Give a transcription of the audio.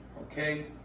Okay